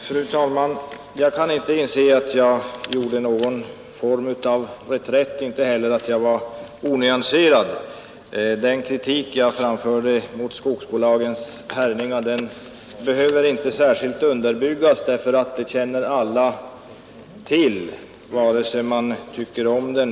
Fru talman! Jag kan inte inse att jag gjorde någon form av reträtt, inte heller att jag var onyanserad. Den kritik jag framförde mot skogsbolagens härjningar behöver inte särskilt underbyggas. Alla känner till hur det är, oavsett vad man tycker om det.